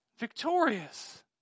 victorious